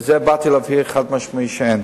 באתי להבהיר, חד-משמעית, שאין.